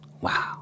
Wow